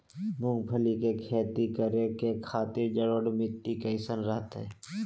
मूंगफली के खेती करें के खातिर जलोढ़ मिट्टी कईसन रहतय?